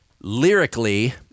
lyrically